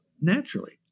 naturally